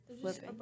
flipping